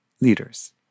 leaders